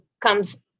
comes